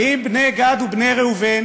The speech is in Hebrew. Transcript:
באים בני גד ובני ראובן